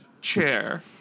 chair